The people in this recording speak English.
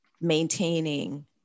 maintaining